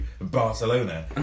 Barcelona